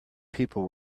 people